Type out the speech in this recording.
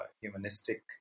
humanistic